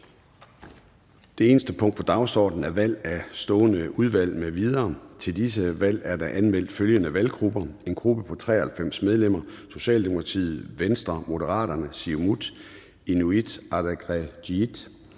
Det eneste punkt på dagsordenen er: 1) Valg af stående udvalg m.v. Kl. 13:02 Formanden (Søren Gade): Til disse valg er der anmeldt følgende valggrupper: en gruppe på 93 medlemmer: Socialdemokratiet, Venstre, Moderaterne, Siumut (SIU), Inuit Ataqatigiit